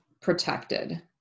protected